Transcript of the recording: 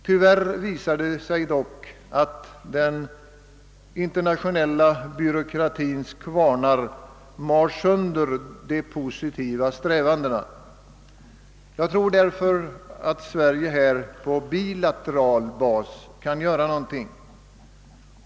Tyvärr har det dock visat sig att den internationella byråkratins kvarnar mal sönder de positiva strävandena. Jag tror därför att Sverige bör göra något på bilateral bas.